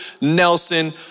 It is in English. Nelson